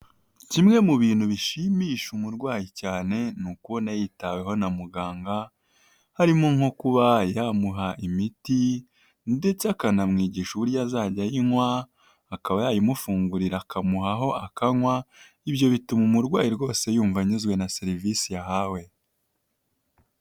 Kimwe mu bintu bishimisha umurwayi cyane ni ukubona yitaweho na muganga harimo nko kuba yamuha imiti ndetse akanamwigisha uburyo azajya ayinywa akaba yayimufungurira akamuhaho akanywa, ibyo bituma umurwayi rwose yumva anyuzwe na serivisi yahawe.